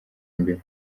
imbere